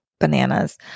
Bananas